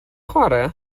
chwarae